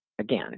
again